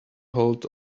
hold